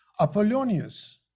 Apollonius